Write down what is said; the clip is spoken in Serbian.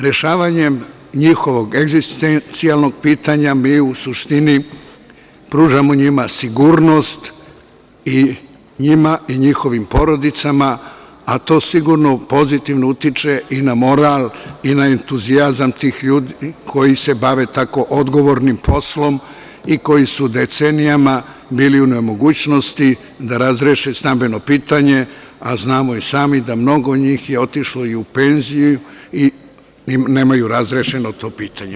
Rešavanjem njihovog egzistencijalnog pitanja mi u suštini pružamo njima sigurnost, njima i njihovim porodicama, a to sigurno pozitivno utiče i na moral i na entuzijazam tih ljudi koji se bave tako odgovornim poslom i koji su decenijama bili u nemogućnosti da razreše stambeno pitanje, a znamo i sami da mnogo njih je otišlo i u penziju i nemaju razrešeno to pitanje.